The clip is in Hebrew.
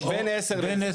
לא, בין 10 ל-20.